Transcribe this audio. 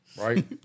Right